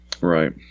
Right